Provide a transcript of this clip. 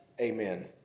amen